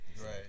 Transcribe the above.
right